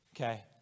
Okay